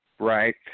Right